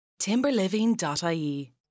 timberliving.ie